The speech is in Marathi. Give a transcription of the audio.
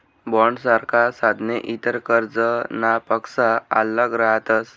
बॉण्डसारखा साधने इतर कर्जनापक्सा आल्लग रहातस